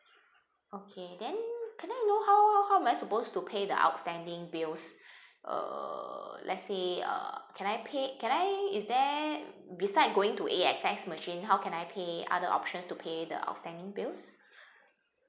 okay then can I know how how am I supposed to pay the outstanding bills uh let's say uh can I pay can I is there besides going to A_X_S machine how can I pay other options to pay the outstanding bills